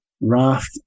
raft